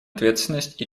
ответственность